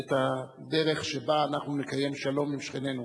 את הדרך שבה אנחנו נקיים שלום עם שכנינו.